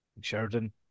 Sheridan